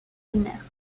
binaire